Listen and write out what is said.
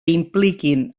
impliquin